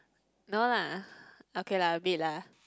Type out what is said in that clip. no lah okay lah a bit lah